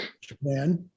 Japan